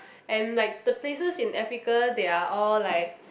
and like the places in Africa they are all like